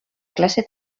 classe